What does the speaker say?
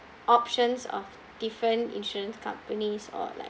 options of different insurance companies or like